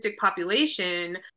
population